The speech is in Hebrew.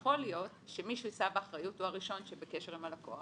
יכול להיות שמי שיישא באחריות הוא הראשון שבקשר עם הלקוח,